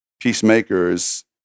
Peacemakers